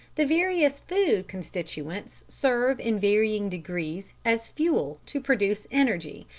the various food constituents serve in varying degrees as fuel to produce energy,